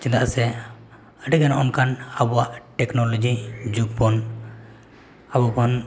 ᱪᱮᱫᱟᱜ ᱥᱮ ᱟᱹᱰᱤᱜᱟᱱ ᱚᱱᱠᱟᱱ ᱟᱵᱚᱣᱟᱜ ᱡᱩᱜᱽ ᱵᱚᱱ ᱟᱵᱚ ᱵᱚᱱ